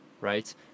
right